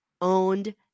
owned